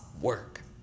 work